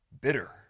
bitter